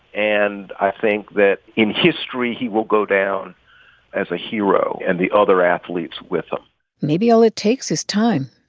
and i think that in history, he will go down as a hero and the other athletes with him maybe all it takes is time.